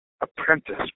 apprentice